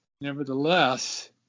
Nevertheless